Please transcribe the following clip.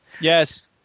Yes